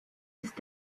ist